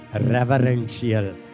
reverential